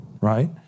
right